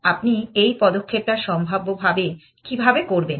আপনি এই পদক্ষেপটা সম্ভাব্যভাবে কীভাবে করবেন